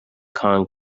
kong